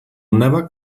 never